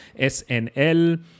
SNL